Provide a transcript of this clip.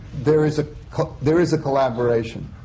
there is ah there is a collaboration,